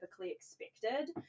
expected